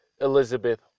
Elizabeth